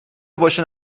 باشه